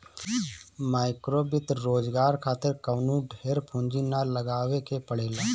माइक्रोवित्त रोजगार खातिर कवनो ढेर पूंजी ना लगावे के पड़ेला